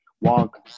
walk